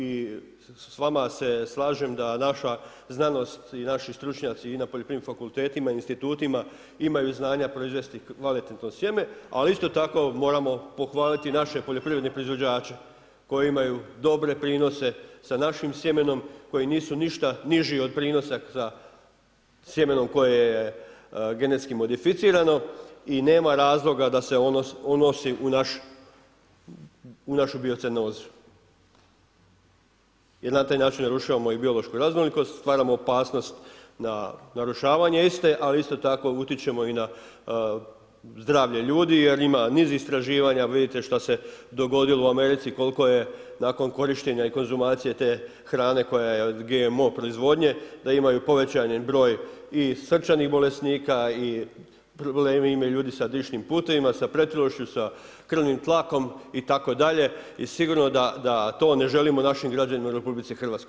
I s vama se slažem da naša znanost i naši stručnjaci i na poljoprivrednim fakultetima i institutima imaju znanja proizvesti kvalitetno sjeme ali isto tako moramo pohvaliti naše poljoprivredne proizvođače koji imaju dobre prinose sa našim sjemenom koji nisu ništa niži od prinosa sa sjemenom koje je GMO modificirano i nema razloga da se ono unosi u našu biocenozu jer na taj način narušavamo i biološku raznolikost, stvaramo opasnost na narušavanje iste a isto tako i utječemo i na zdravlje ljudi jer ima niz istraživanja, vidite šta se dogodilo u Americi, koliko je nakon korištenja i konzumacije te hrane koja je od GMO proizvodnje da imaju povećani broj i srčanih bolesnika i problemi imaju ljudi sa dišnim putevima, sa pretilošću, sa krvnim tlakom itd., i sigurno da to ne želimo našim građanima u RH.